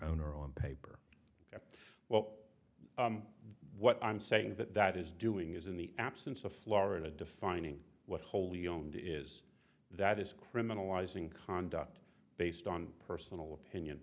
owner on paper well what i'm saying that that is doing is in the absence of florida defining what wholly owned it is that is criminalizing conduct based on personal opinion